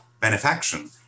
benefaction